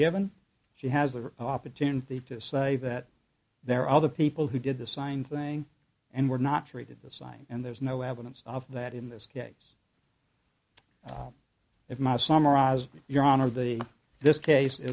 given she has or opportunity to say that there are other people who did the sign thing and were not treated the sign and there's no evidence of that in this case if my summarize your honor the this case i